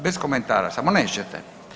Bez komentara samo nećete.